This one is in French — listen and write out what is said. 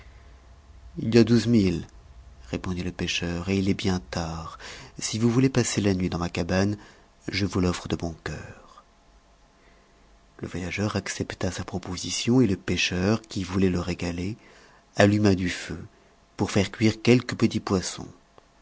il y a douze milles répondit le pêcheur et il est bien tard si vous voulez passer la nuit dans ma cabane je vous l'offre de bon cœur le voyageur accepta sa proposition et le pêcheur qui voulait le régaler alluma du feu pour faire cuire quelques petits poissons